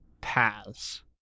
paths